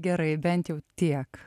gerai bent jau tiek